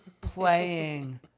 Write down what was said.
playing